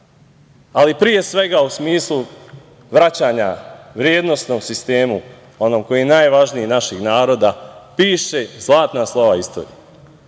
ali pre svega, u smislu vraćanja vrednosnom sistemu, onom koji je najvažniji, naših naroda, piše zlatna slova istorije. Mi